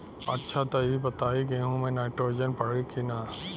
अच्छा त ई बताईं गेहूँ मे नाइट्रोजन पड़ी कि ना?